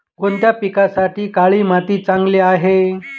कोणत्या पिकासाठी काळी माती चांगली आहे?